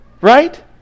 Right